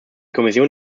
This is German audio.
kommission